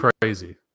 Crazy